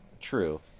True